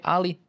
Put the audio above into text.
Ali